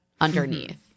underneath